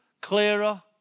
clearer